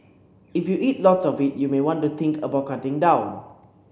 if you eat lots of it you may want to think about cutting down